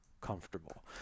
comfortable